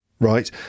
right